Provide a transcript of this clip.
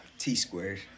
T-squared